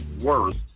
worst